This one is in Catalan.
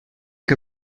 que